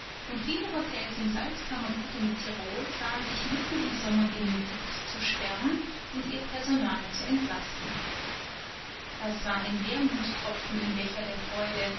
und viele hotels im salzkammergut und tirol sahen sich mitten im sommer genötigt zu sperren und ihr personal zu entlassen das war ein wermuttropfen im becher der freude